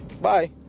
Bye